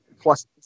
plus